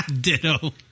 Ditto